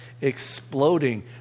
exploding